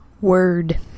Word